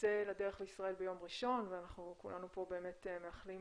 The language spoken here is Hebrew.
יצא לדרך בישראל ביום ראשון ואנחנו כולנו פה באמת מאחלים